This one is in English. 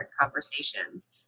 conversations